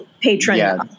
patron